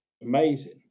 amazing